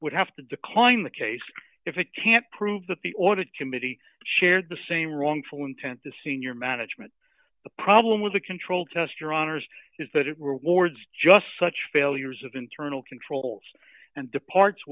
would have to decline the case if it can't prove that the audit committee shared the same wrongful intent the senior management the problem with the controlled test your honour's is that it rewards just such failures of internal controls and departs